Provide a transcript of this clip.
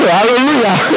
Hallelujah